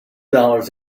dollars